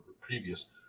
previous